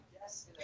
Yes